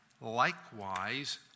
likewise